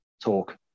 talk